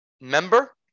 member